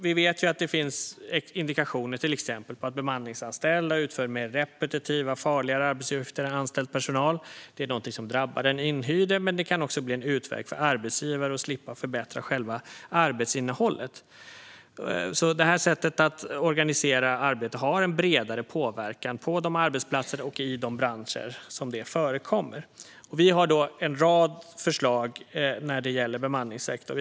Vi vet att det finns indikationer till exempel på att bemanningsanställda utför mer repetitiva och farligare arbetsuppgifter än anställd personal. Det är någonting som drabbar den inhyrde, men det kan också bli en utväg för arbetsgivare som vill slippa förbättra själva arbetsinnehållet. Det här sättet att organisera arbete har en bredare påverkan på de arbetsplatser och i de branscher där det förekommer. Vi har en rad förslag när det gäller bemanningssektorn.